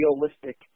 realistic